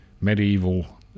medieval